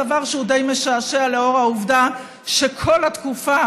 דבר שהוא די משעשע לאור העובדה שכל התקופה